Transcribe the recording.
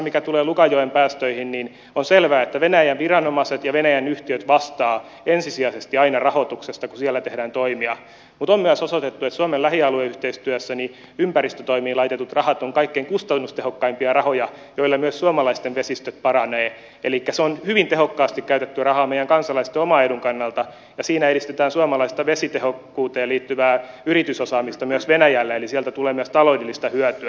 mitä tulee lugajoen päästöihin on selvää että venäjän viranomaiset ja venäjän yhtiöt vastaavat aina ensisijaisesti rahoituksesta kun siellä tehdään toimia mutta on myös osoitettu että suomen lähialueyhteistyössä ympäristötoimiin laitetut rahat ovat kaikkein kustannustehokkaimpia rahoja joilla myös suomalaisten vesistöt paranevat elikkä se on hyvin tehokkaasti käytetty raha meidän kansalaistemme oman edun kannalta ja siinä edistetään suomalaista vesitehokkuuteen liittyvää yritysosaamista myös venäjällä eli sieltä tulee myös taloudellista hyötyä